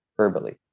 verbally